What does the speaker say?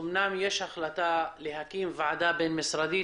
אמנם יש החלטה להקים ועדה בין משרדית,